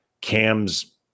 Cam's